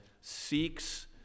seeks